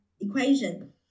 equation